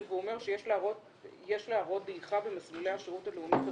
והוא אומר שיש להראות דעיכה במסלולי השירות הלאומי חברתי,